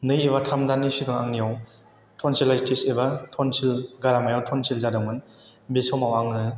नै एबा थाम दाननि सिगां आंनियाव टन्सेलाइटिस एबा टन्सिल गारामायाव टन्सिल जादोंमोन बे समाव आङो